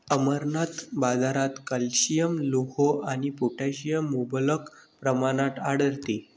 अमरनाथ, बाजारात कॅल्शियम, लोह आणि पोटॅशियम मुबलक प्रमाणात आढळते